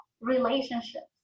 Relationships